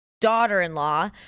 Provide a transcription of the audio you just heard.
daughter-in-law